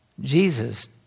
Jesus